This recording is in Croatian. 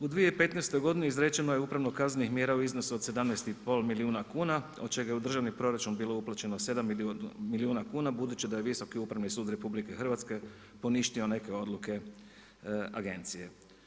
U 2015. godini izrečeno je upravno kaznenih mjera u iznosu od 17,5 milijuna kuna od čega je u državni proračun bilo uplaćeno 7 milijuna kuna, budući da je Visoki upravni sud RH poništio neke odluke agencije.